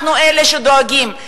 אנחנו אלה שדואגים,